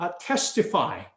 testify